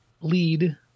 lead